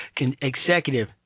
executive